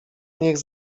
niech